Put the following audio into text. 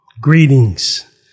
Greetings